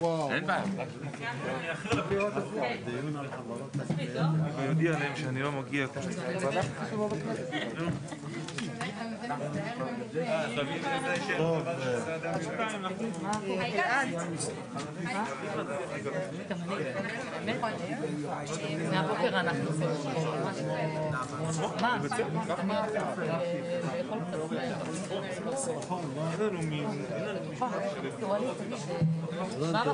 15:30.